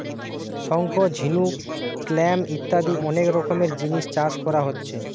শঙ্খ, ঝিনুক, ক্ল্যাম ইত্যাদি অনেক রকমের জিনিস চাষ কোরা হচ্ছে